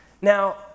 Now